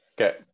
Okay